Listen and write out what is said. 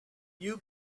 you